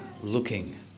looking